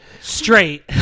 Straight